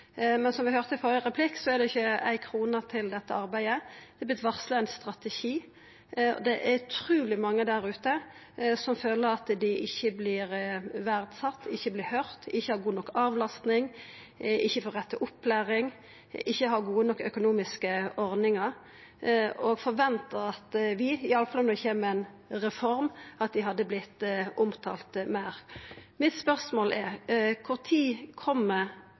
ei krone til dette arbeidet. Ein har varsla ein strategi. Det er utruleg mange der ute som føler at dei ikkje vert verdsette, ikkje vert høyrde, ikkje har god nok avlasting, ikkje får rett til opplæring, ikkje har gode nok økonomiske ordningar, og som forventar, iallfall når det kjem ei reform, at ein hadde omtala dei meir. Mitt spørsmål er: Kva tid